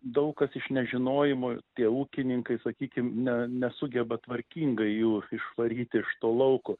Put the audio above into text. daug kas iš nežinojimo tie ūkininkai sakykim ne nesugeba tvarkingai jų išvaryti iš to lauko